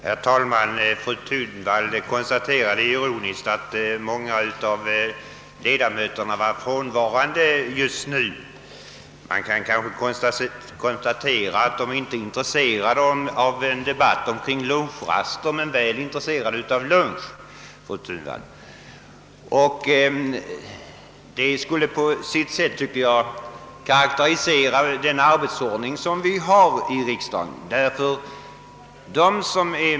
Herr talman! Fru Thunvall påpekade ironiskt att många av ledamöterna är frånvarande just nu. Man kanske kan konstatera att de inte är intresserade av en debatt kring lunchrast men väl intresserade av lunch! Jag tycker att detta på sitt sätt karakteriserar den arbetsordning som finns här i riksdagen.